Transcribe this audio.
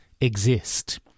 exist